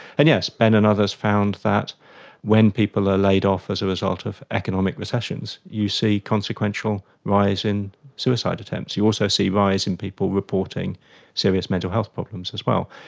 and yes, ben and others found that when people are laid off as a result of economic recessions, you see consequential rise in suicide attempts. you also see rise in people reporting serious mental health problems as well.